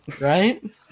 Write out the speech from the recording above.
right